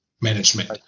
management